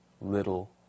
little